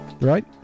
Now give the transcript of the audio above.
Right